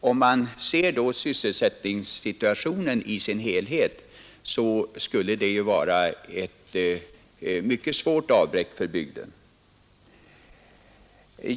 Om man ser sysselsättningssituationen i sin helhet, skulle det vara ett mycket svårt avbräck för bygden och för inlandet.